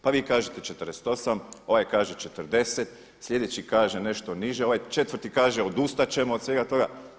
Pa vi kažete 48, ovaj kaže 40, slijedeći kaže nešto niže, ovaj četvrti kaže odustat ćemo od svega toga.